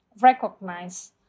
recognize